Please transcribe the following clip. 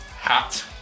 hat